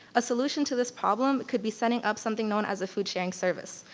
a solution to this problem could be setting up something known as a food sharing service.